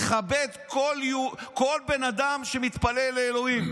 מכבד כל אדם שמתפלל לאלוהים.